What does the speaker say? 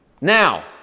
now